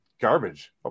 garbage